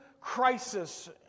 crisis